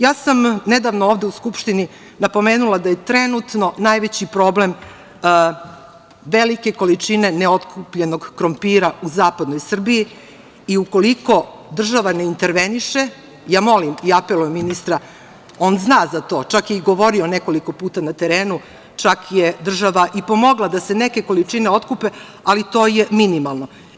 Ja sam nedavno ovde u Skupštini napomenula da je trenutno najveći problem – velike količine neotkupljenog krompira u zapadnoj Srbiji i ukoliko država na interveniše, molim i apelujem ministra, on zna za to, čak je i govorio nekoliko puta na terenu, čak je država i pomogla da se neke količine otkupe, ali to je minimalno.